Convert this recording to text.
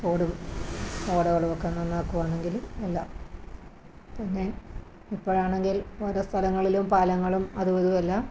തോടും ഓടുകളും ഒക്കെ നന്നാക്കുകയാണെങ്കിൽ നല്ല പിന്നെ ഇപ്പോഴാണെങ്കിൽ ഓരോ സ്ഥലങ്ങളിലും പാലങ്ങളും അതുമിതുമെല്ലാം